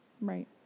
Right